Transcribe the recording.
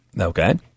Okay